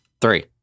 Three